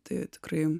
tai tikrai